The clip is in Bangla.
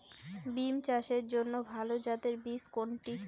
বিম চাষের জন্য ভালো জাতের বীজ কোনটি?